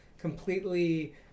completely